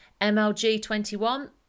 MLG21